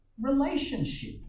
relationship